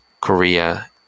korea